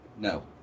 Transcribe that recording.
No